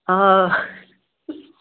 آ